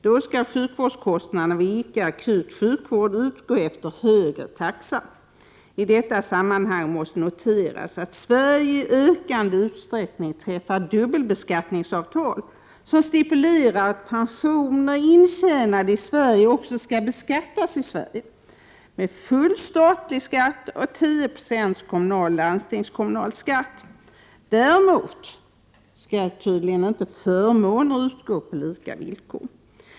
Då skall sjukvårdskostnaderna vid icke akut sjukvård utgå efter högre taxa. I detta sammanhang måste noteras att Sverige i ökande utsträckning träffar dubbelbeskattningsavtal som stipulerar att pensioner intjänade i Sverige också skall beskattas i Sverige, med full statlig skatt och 10 9e kommunal och landstingskommunal skatt. Däremot skall tydligen inte förmåner utgå på lika villkor.